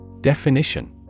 Definition